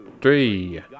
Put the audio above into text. three